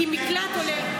כי מקלט עולה,